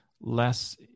less